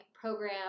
program